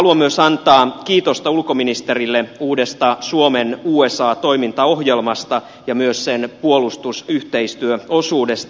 haluan myös antaa kiitosta ulkoministerille uudesta suomen usa toimintaohjelmasta ja myös sen puolustusyhteistyöosuudesta